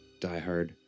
diehard